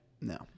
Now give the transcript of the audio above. No